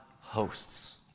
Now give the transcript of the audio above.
hosts